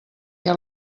què